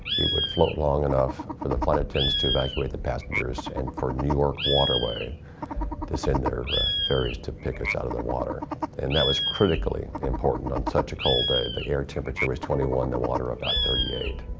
it would float long enough for the flight attendants to evacuate the passengers and for new york waterway to send their ferries to pick us out of their water and that was critically important on such a cold day. the air temperature was twenty one, the water about thirty eight.